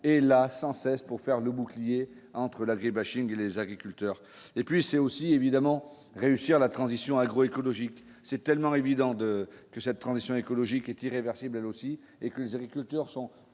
et là sans cesse pour faire le bouclier entre l'agri-bashing et les agriculteurs et puis c'est aussi évidemment réussir la transition agro-écologique, c'est tellement évident de que cette transition écologique est irréversible, elle aussi, et que les agriculteurs sont